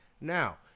Now